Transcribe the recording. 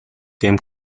came